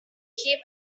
keep